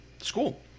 school